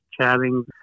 chatting